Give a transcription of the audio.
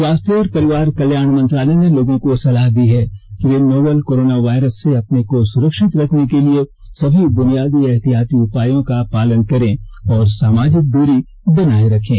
स्वास्थ्य और परिवार कल्याण मंत्रालय ने लोगों को सलाह दी है कि वे नोवल कोरोना वायरस से अपने को सुरक्षित रखने के लिए सभी बुनियादी एहतियाती उपायों का पालन करें और सामाजिक दूरी बनाए रखें